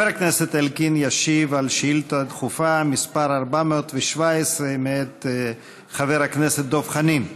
חבר הכנסת אלקין ישיב על שאילתה דחופה מס' 417 מאת חבר הכנסת דב חנין.